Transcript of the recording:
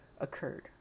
occurred